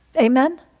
Amen